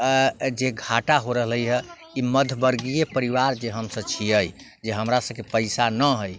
जे घाटा हो रहले हँ ई मध्यवर्गीय परिवार जे हमसब छिए जे हमरा सबके पइसा नहि हइ